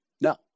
no